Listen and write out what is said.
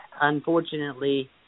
unfortunately